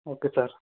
okay sir